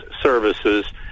services